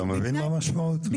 אתה מבין מה המשמעות של זה?